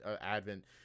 advent